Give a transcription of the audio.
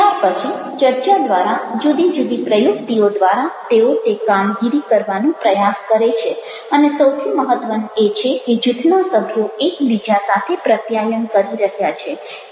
ત્યાર પછી ચર્ચા દ્વારા જુદી જુદી પ્રયુક્તિઓ દ્વારા તેઓ તે કામગીરી કરવાનો પ્રયાસ કરે છે અને સૌથી મહત્ત્વનું એ છે કે જૂથના સભ્યો એકબીજા સાથે પ્રત્યાયન કરી રહ્યા છે